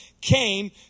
came